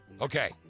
Okay